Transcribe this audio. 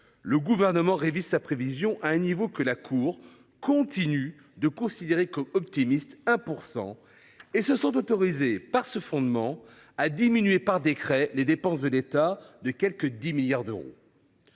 le Gouvernement révise sa prévision à 1 %, un niveau que la Cour continue de considérer comme optimiste, et se sent autorisé, sur ce fondement, à diminuer par décret les dépenses de l’État de quelque 10 milliards d’euros.